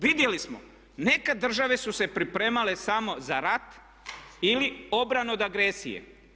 Vidjeli smo neke države su se pripremale samo za rat ili obranu od agresije.